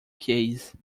case